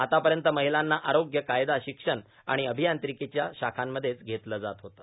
आतापर्यंत महिलांना आरोग्य कायदा शिक्षण आणि अभियांत्रिकीच्या शाखांमध्येच घेतलं जात होतं